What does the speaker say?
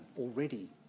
already